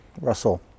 Russell